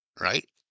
right